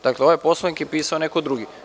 Dakle, ovaj Poslovnik je pisao neko drugi.